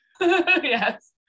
Yes